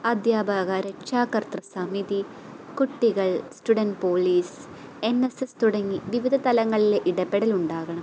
അധ്യാപക രക്ഷാകതൃ സമിതി കുട്ടികൾ student police N S S തുടങ്ങിയ വിവിധ തലങ്ങളിലെ ഇടപെടൽ ഉണ്ടാകണം